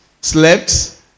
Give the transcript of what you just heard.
slept